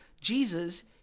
Jesus